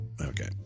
Okay